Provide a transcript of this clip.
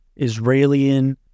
Israelian